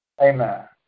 Amen